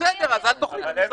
בסדר, אז אל תאכלי במסעדה.